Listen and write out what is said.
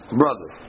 brother